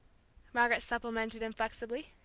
margaret supplemented inflexibly.